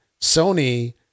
Sony